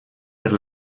per